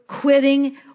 quitting